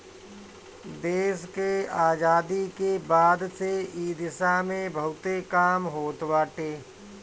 देस के आजादी के बाद से इ दिशा में बहुते काम होत बाटे